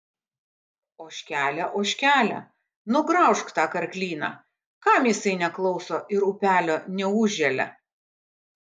ožkele ožkele nugraužk tą karklyną kam jisai neklauso ir upelio neužželia